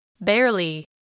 Barely